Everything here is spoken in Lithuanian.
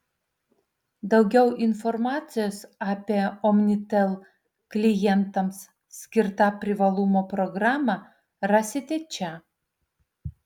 daugiau informacijos apie omnitel klientams skirtą privalumų programą rasite čia